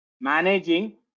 managing